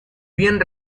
bien